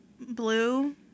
blue